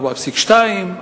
4.2%,